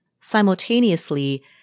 simultaneously